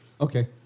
Okay